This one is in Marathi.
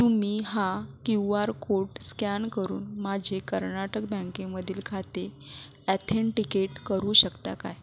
तुम्ही हा क्यू आर कोड स्कॅन करून माझे कर्नाटक बँकेमधील खाते ॲथेंटिकेट करू शकता काय